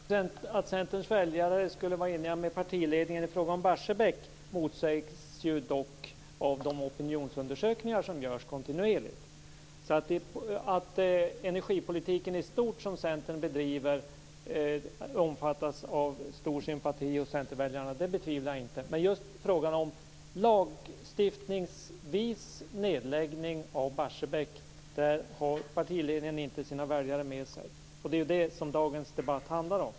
Herr talman! Att Centerns väljare skulle vara eniga med partiledningen i fråga om Barsebäck motsägs av de opinionsundersökningar som görs kontinuerligt. Jag betvivlar inte att den energipolitik som Centern i stort bedriver omfattas av stor sympati hos centerväljarna. Men i just frågan om en lagstiftningsvis nedläggning av Barsebäck har partiledningen inte sina väljare med sig. Det är vad dagens debatt handlar om.